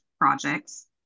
projects